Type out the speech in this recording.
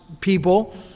people